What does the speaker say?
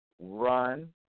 run